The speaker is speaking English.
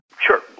Sure